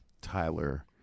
Tyler